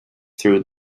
through